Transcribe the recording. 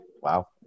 Wow